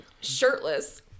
shirtless